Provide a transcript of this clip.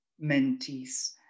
mentees